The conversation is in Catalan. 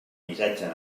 missatge